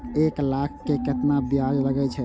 एक लाख के केतना ब्याज लगे छै?